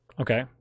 Okay